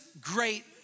great